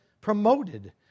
Promoted